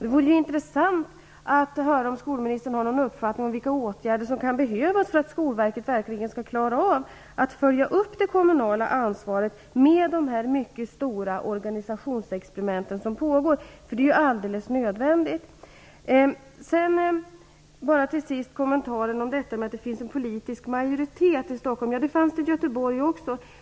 Det vore intressant att höra om skolministern har någon uppfattning om vilka åtgärder som kan behövas för att Skolverket verkligen skall klara av att följa upp det kommunala ansvaret med de mycket stora organisationsexperiment som pågår. Det är alldeles nödvändigt. Till sist vill jag ta upp kommentaren om att det finns en politisk majoritet för detta i Stockholm. Ja, det fanns det i Göteborg också.